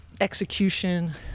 execution